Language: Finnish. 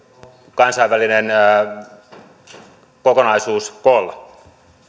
kansainvälinen kokonaisuus koolla